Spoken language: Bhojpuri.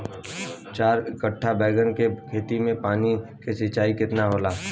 चार कट्ठा बैंगन के खेत में पानी के सिंचाई केतना होला?